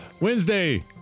Wednesday